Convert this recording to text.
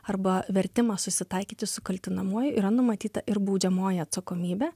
arba vertimas susitaikyti su kaltinamuoju yra numatyta ir baudžiamoji atsakomybė